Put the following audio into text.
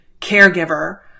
caregiver